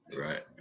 right